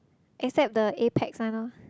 except the Apax one loh